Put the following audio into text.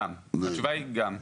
התשובה היא גם.